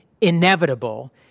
inevitable